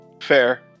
Fair